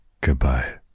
Goodbye